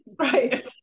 Right